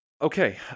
Okay